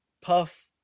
puff